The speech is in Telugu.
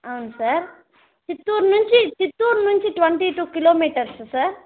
అవును సార్ చిత్తూరు నుంచి చిత్తూరు నుంచి ట్వంటీ టూ కిలోమీటర్స్ సార్